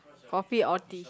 coffee or tea